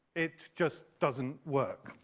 it just doesn't work.